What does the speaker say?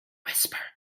whisper